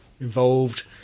involved